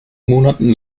monaten